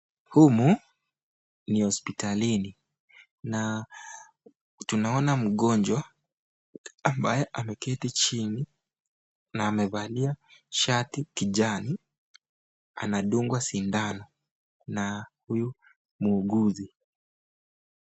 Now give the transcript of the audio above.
Humu ni hospitalini na tunaona mgonjwa ambaye ameketi chini na amevalia shati kijani anadungwa sindano na huyu muuguzi.